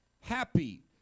happy